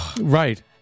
Right